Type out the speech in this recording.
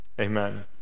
amen